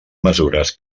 mesures